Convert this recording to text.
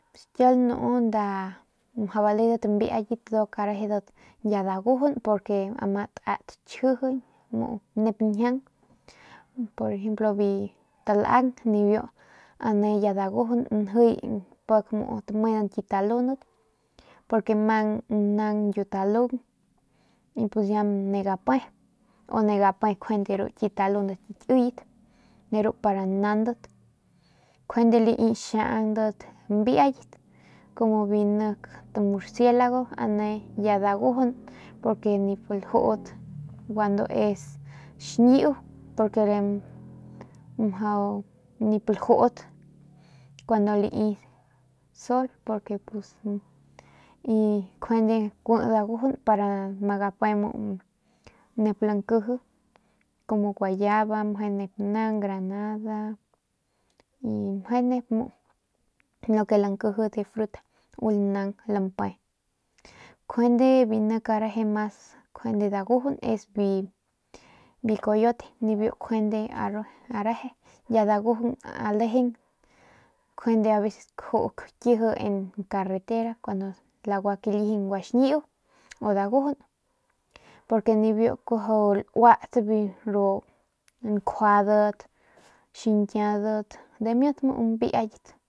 Kiau lanu mjau baledat mbiayat nduk rejedat dagujun porque ma tat chjijiñ nep njiaung por ejemplo biu talang ane ya dagujun njiy pik muu tamedan kit talundat porque mang naung kit talung pus ya ne gape u ne gape ru kit talundat ki kiyet pa naundat njuande lai xiaundat mbiayatkumu como bi murcielago nik ki mbiayat ne ya dagujun porque nip lajut es xñiu es porque nip lajut kun lai y njuande kui dagujun para que ma gape nep nkiji como guayaba meje nep granada naung meje nep naung lo que nkiji de frutas u lanaug lampe njuande biu nik areje mas biu dagujun mas es biu coyote y biu njuande reje ya dagujun areje njuande aveces kakiji en carretera kuandu guakalijin guaxñiu y dagujun porque biu kuajau lauat njuadat xiñkiaudat dimiut muu mbiayat.